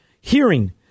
hearing